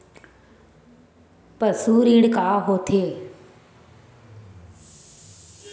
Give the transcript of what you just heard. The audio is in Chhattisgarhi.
पशु ऋण का होथे?